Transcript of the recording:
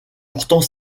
pourtant